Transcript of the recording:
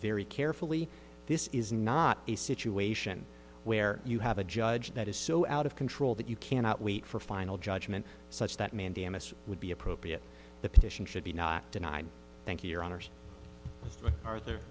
very carefully this is not a situation where you have a judge that is so out of control that you cannot wait for final judgment such that mandamus would be appropriate the petition should be not denied thank you your honors are the